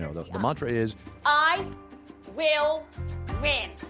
so the mantra is i will win.